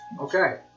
Okay